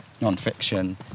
non-fiction